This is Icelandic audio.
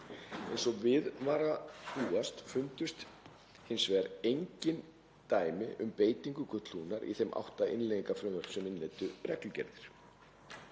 Eins og við var að búast fundust hins vegar engin dæmi um beitingu gullhúðunar í þeim átta innleiðingarfrumvörpum sem innleiddu reglugerðir.